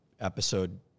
episode